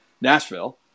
Nashville